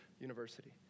university